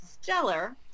stellar